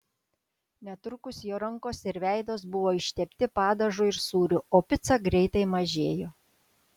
netrukus jo rankos ir veidas buvo ištepti padažu ir sūriu o pica greitai mažėjo